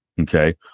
Okay